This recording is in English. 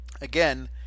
again